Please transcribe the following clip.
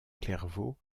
clairvaux